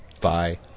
Bye